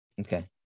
Okay